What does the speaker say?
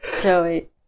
Joey